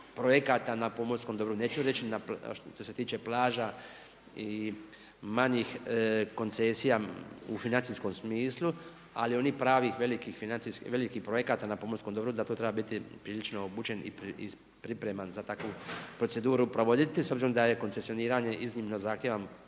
projekata na pomorskom dobru. Neću reći što se tiče plaža i manjih koncesija u financijskom smislu, ali onih pravih i velikih projekata na pomorskom dobru, da to treba biti prilično obučen i pripreman za takvu proceduru provoditi, s obzirom da je koncesioniranje iznimno zahtjevan